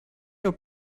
aux